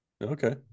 okay